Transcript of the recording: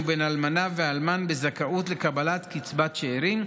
בין אלמנה ואלמן בזכאות לקבלת קצבת שאירים,